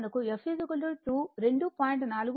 కాబట్టి దీని నుండి మనకు f 2